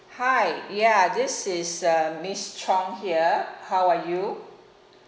hi ya this is uh miss chong here how are you